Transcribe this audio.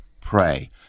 pray